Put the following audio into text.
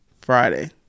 Friday